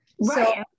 right